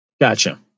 Gotcha